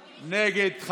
נגד,